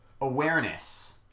awareness